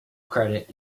credit